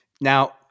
Now